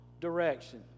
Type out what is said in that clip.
direction